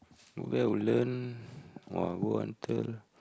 go back Woodland [wah] go until